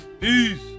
Peace